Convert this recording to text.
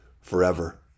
forever